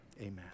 amen